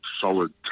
solid